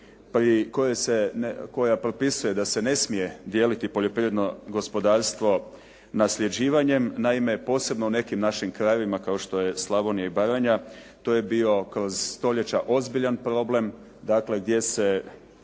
koja propisuje da se ne smije dijeliti poljoprivredno gospodarstvo nasljeđivanjem, naime posebno nekim našim krajevima, kao što je Slavonija i Baranja, to je bio kroz stoljeća ozbiljan problem, dakle, gdje se